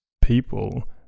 people